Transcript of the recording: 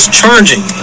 charging